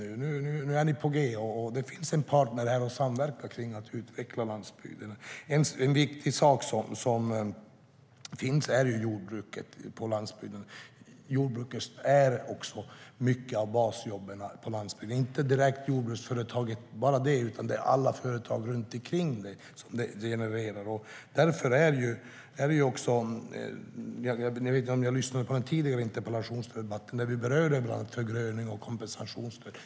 Nu är ni på G, och det finns en partner att samverka med för att utveckla landsbygden. Ett viktigt område är jordbruket ute på landsbygden. Jordbruket ger också många av basjobben på landsbygden. Det gäller inte bara jordbruksföretaget, utan det är även alla företag som genereras runt om jordbruket. Jag vet inte om ni lyssnade på den tidigare interpellationsdebatten, men vi berörde bland annat förgröning och kompensation.